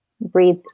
breathe